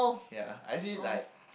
ya I see like